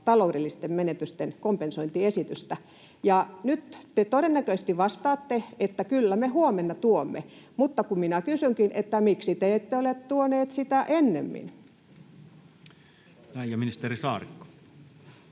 taloudellisten menetysten kompensointiesitystä? Ja nyt te todennäköisesti vastaatte, että kyllä me huomenna tuomme. Mutta kun minä kysynkin: miksi te ette ole tuoneet sitä ennemmin? [Speech 68] Speaker: